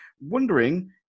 Wondering